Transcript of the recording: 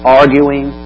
arguing